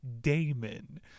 Damon